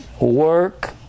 work